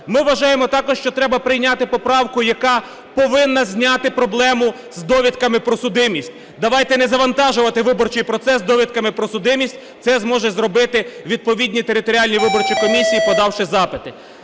Ми вважаємо також, що треба прийняти поправку, яка повинна зняти проблему з довідками про судимість. Давайте не завантажувати виборчий процес довідками про судимість, це зможуть зробити відповідні територіальні виборчі комісії, подавши запити.